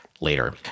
later